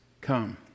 come